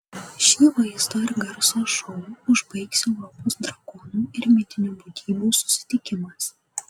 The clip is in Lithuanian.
šį vaizdo ir garso šou užbaigs europos drakonų ir mitinių būtybių susitikimas